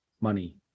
money